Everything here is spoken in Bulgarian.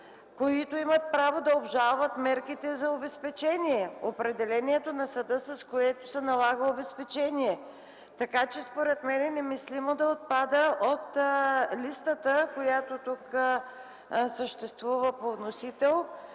които имат право да обжалват мерките за обезпечение, определението на съда, с което се налага обезпечение. Така че според мен е немислимо да отпада от листата, която тук съществува по вносител